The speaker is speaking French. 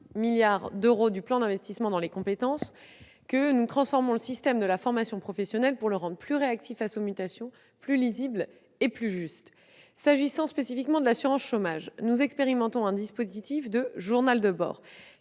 le cadre du plan d'investissement dans les compétences, nous transformons le système de la formation professionnelle pour le rendre plus réactif face aux mutations, plus lisible et plus juste. S'agissant spécifiquement de l'assurance chômage, nous expérimenterons un dispositif de « journal de bord